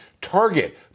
target